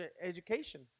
education